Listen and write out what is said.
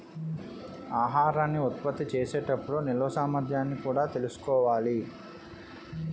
ఆహారాన్ని ఉత్పత్తి చేసే టప్పుడు నిల్వ సామర్థ్యాన్ని కూడా తెలుసుకోవాలి